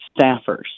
staffers